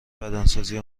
بدنسازی